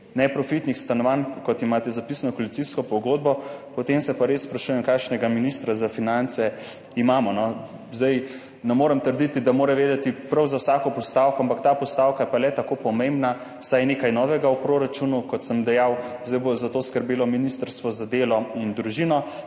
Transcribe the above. neprofitnih stanovanj, kot imate zapisano v koalicijski pogodbi, potem se pa res sprašujem, kakšnega ministra za finance imamo. Ne morem trditi, da mora vedeti prav za vsako postavko, ampak ta postavka je pa le tako pomembna, saj je nekaj novega v proračunu. Kot sem dejal, zdaj bo za to skrbelo ministrstvo za delo in družino,